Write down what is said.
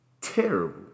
terrible